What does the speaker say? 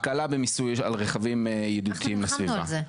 הקלה במיסוי הרכבים הידידותיים לסביבה.